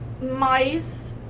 mice